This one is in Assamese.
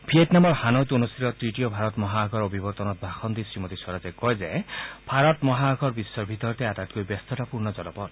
ভিয়েটনামৰ হানৈত অনুষ্ঠিত তৃতীয় ভাৰত মহাসাগৰ অভিৱৰ্তনত ভাষণ দি শ্ৰীমতী স্বৰাজে কয় যে ভাৰত মহাসাগৰ বিশ্বৰ ভিতৰতে আটাইতকৈ ব্যস্ততাপূৰ্ণ জলপথ